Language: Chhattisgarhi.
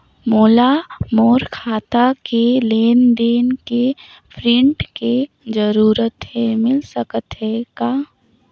मोला मोर खाता के लेन देन के प्रिंट के जरूरत हे मिल सकत हे का?